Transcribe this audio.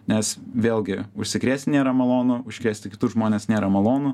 nes vėlgi užsikrėsti nėra malonu užkrėsti kitus žmones nėra malonu